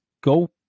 go